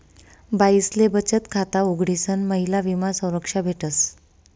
बाईसले बचत खाता उघडीसन महिला विमा संरक्षा भेटस